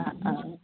ആ അ അ